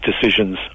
decisions